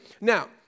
Now